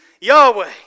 Yahweh